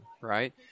right